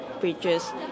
bridges